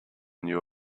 new